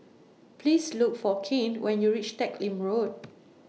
Please Look For Cain when YOU REACH Teck Lim Road